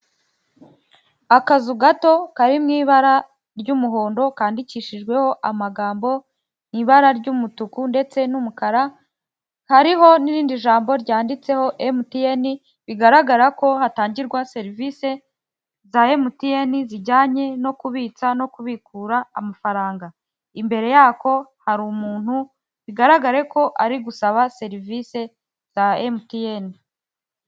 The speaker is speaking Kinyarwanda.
Akazu gato kari mu ibara ry'umuhondo kandikishijweho amagambo mu ibara ry'umutuku ndetse n'umukara, hariho n'irindi jambo ryanditseho MTN, bigaragara ko hatangirwa serivisi za MTN zijyanye no kubitsa no kubikura amafaranga. Imbere yako hari umuntu bigaragare ko ari gusaba serivisi za MTN.